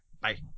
Bye